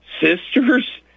sisters